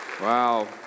Wow